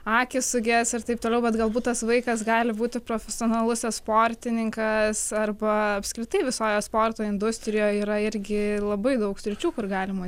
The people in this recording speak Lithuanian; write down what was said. akys suges ir taip toliau bet galbūt tas vaikas gali būti profesionalus sportininkas arba apskritai visoje sporto industrijoje yra irgi labai daug sričių kur galima